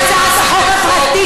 מהר מהר אתם תרוצו להצעת חוק פרטית.